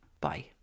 bye